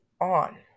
on